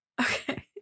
Okay